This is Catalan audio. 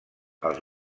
els